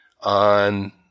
on